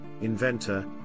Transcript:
inventor